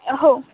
हो